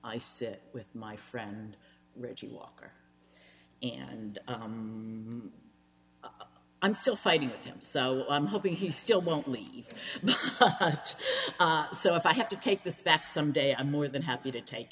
i sit with my friend reggie walker and i'm still fighting with him so i'm hoping he still won't leave so if i have to take this back someday i'm more than happy to take